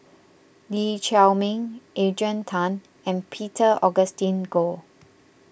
Lee Chiaw Meng Adrian Tan and Peter Augustine Goh